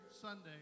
Sunday